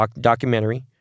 documentary